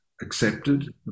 accepted